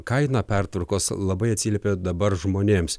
kaina pertvarkos labai atsiliepė dabar žmonėms